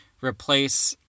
replace